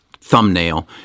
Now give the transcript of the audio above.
thumbnail